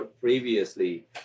previously